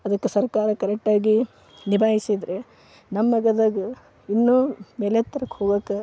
ಅದಕ್ಕೆ ಸರ್ಕಾರ ಕರೆಕ್ಟಾಗಿ ನಿಭಾಯಿಸಿದರೆ ನಮ್ಮ ಗದಗ ಇನ್ನು ಮೇಲೆತ್ತರಕ್ಕೆ ಹೋಗೊಕಾ